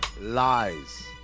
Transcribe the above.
lies